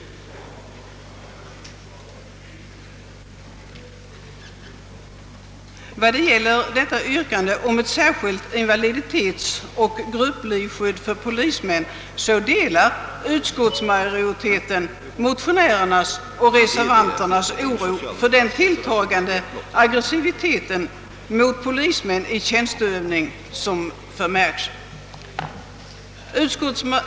Vad gäller detta yrkande om ett särskilt invaliditetsoch grupplivskydd för polismän delar utskottsmajoriteten motionärernas och reservanternas oro för den tilltagande aggressivitet mot polismän i tjänsteutövning, som har förmärkts.